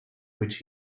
which